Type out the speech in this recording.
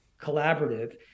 collaborative